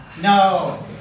No